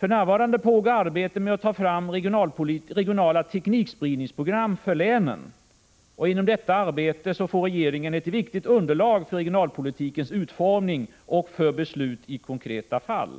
För närvarande pågår arbete med att ta fram regionala teknikspridningsprogram för länen. Genom detta arbete får regeringen ett viktigt underlag för regionalpolitikens utformning och för beslut i konkreta fall.